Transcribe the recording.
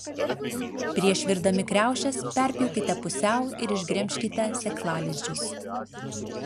prieš virdami kriaušes perpjaukite pusiau ir išgremžkite sėklalizdžius